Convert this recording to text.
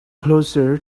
closer